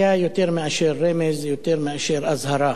היה יותר מאשר רמז, יותר מאשר אזהרה.